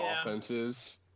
offenses